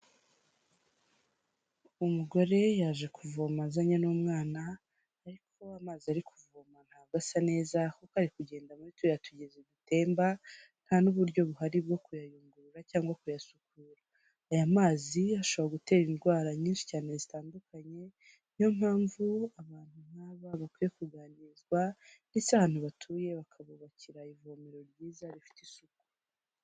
Umugore yaje kuvoma azanye n'umwana ariko amazi ari kuvoma ntago asa neza kuko ari kugenda muri turiya tugezi dutemba nta n'uburyo buhari bwo kuyayungurura cyangwa se kuyasukura, aya mazi ashobora gutera indwara nyinshi cyane zitandukanye niyo mpamvu abantu nkaba bakwiye kuganirizwa ndetse ahantu batuye bakabubakira ivomero ryiza rifite isuku.